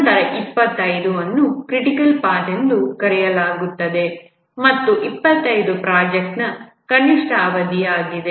ನಂತರ 25 ಅನ್ನು critical path ಎಂದು ಕರೆಯಲಾಗುತ್ತದೆ ಮತ್ತು 25 ಪ್ರಾಜೆಕ್ಟ್ನ ಕನಿಷ್ಠ ಅವಧಿ ಆಗಿದೆ